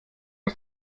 ist